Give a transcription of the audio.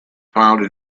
found